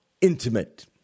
intimate